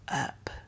up